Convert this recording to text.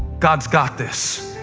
god has got this.